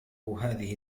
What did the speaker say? هذه